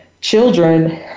Children